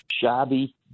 shabby